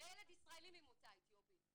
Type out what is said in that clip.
בילד ישראלי ממוצא אתיופי.